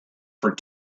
for